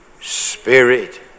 spirit